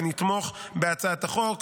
ונתמוך בהצעת החוק.